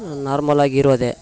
normal ಆಗಿ ಇರೋದೆ